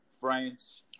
France